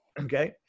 okay